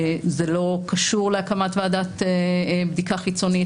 זה לא קשור להקמת ועדת בדיקה חיצונית,